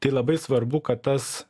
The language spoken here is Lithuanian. tai labai svarbu kad tas